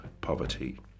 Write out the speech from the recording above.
poverty